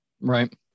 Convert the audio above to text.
Right